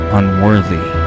unworthy